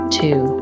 two